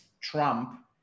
Trump